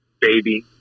baby